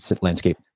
landscape